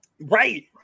Right